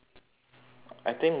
I think nick is going